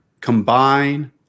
combine